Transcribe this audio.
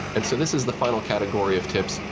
and so this is the final category of tips,